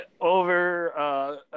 over